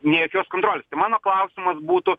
nė jokios kontrolės tai mano klausimas būtų